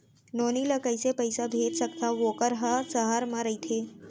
नोनी ल कइसे पइसा भेज सकथव वोकर ह सहर म रइथे?